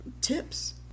tips